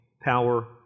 power